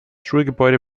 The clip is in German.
schulgebäude